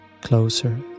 closer